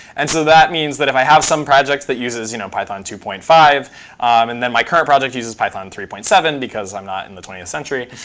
and so that means that if i have some projects that uses you know python two point five and then my current project uses python three point seven because i'm not in the twentieth century